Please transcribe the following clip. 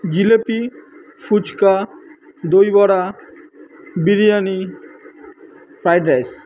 জিলেপি ফুচকা দই বড়া biryani fried rice